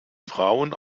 frauen